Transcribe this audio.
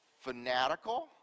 fanatical